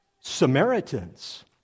Samaritans